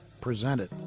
presented